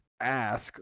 ask